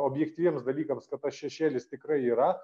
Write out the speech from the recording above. objektyviems dalykams kad tas šešėlis tikrai yra